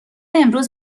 امروز